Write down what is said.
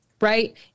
right